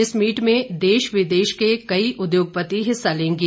इस मीट में देश विदेश के कई उद्योगपति हिस्सा लेंगे